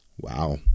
Wow